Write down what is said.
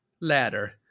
ladder